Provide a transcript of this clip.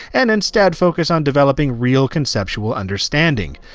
and instead focus on developing real, conceptual understanding.